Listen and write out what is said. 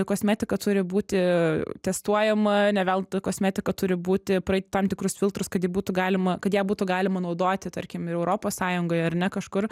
kosmetika turi būti testuojama ne veltui kosmetika turi būti praeiti tam tikrus filtrus kad jį būtų galima kad ją būtų galima naudoti tarkim ir europos sąjungoje ar ne kažkur